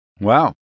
Wow